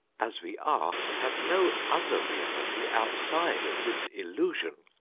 as we are, have no other reality outside of this illusion.